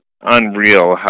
unreal